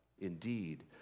indeed